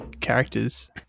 characters